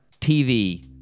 TV